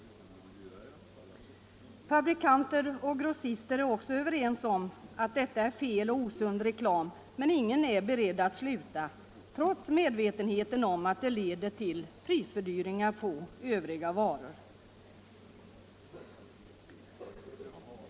Fabrikanter och grossister är också överens om att detta är fel, att det är osund reklam, men ingen är beredd att sluta, trots medvetenheten om att lockpriserna leder till prisfördyringar på övriga varor.